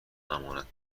امانت